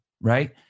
right